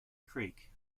creek